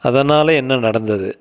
அதனால் என்ன நடந்தது